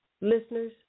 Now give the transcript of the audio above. listeners